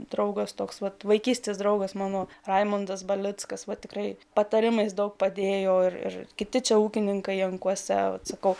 draugas toks vat vaikystės draugas mano raimundas balickas va tikrai patarimais daug padėjo ir kiti čia ūkininką jankuose atsakau